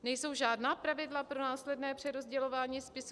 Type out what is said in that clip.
Nejsou žádná pravidla pro následné přerozdělování spisů?